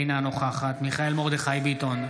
אינה נוכחת מיכאל מרדכי ביטון,